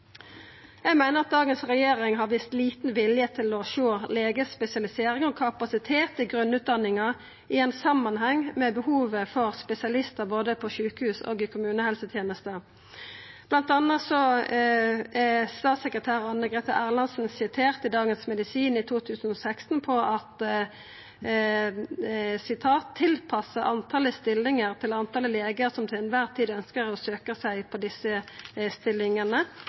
meiner at dagens regjering har vist liten vilje til å sjå legespesialisering og kapasitet i grunnutdanninga i samanheng med behovet for spesialistar både på sjukehus og i kommunehelsetenesta. Blant anna er statssekretær Anne Grethe Erlandsen i Dagens Medisin i 2016 sitert på at det ikkje er regjeringas ansvar å «tilpasse antallet stillinger til antallet leger som til enhver tid ønsker og søker på disse stillingene.»